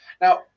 Now